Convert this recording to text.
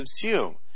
consume